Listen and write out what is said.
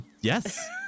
Yes